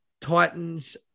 Titans